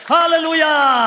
Hallelujah